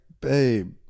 babe